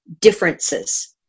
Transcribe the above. differences